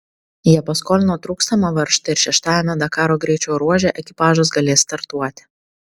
jie paskolino trūkstamą varžtą ir šeštajame dakaro greičio ruože ekipažas galės startuoti